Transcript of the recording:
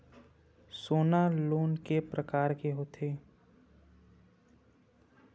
सोना लोन के प्रकार के होथे?